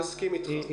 אני מסכים איתך.